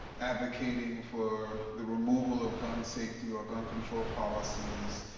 advocating for the removal of gun safety or gun control policies.